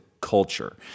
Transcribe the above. culture